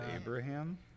Abraham